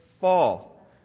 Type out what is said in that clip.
fall